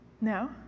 No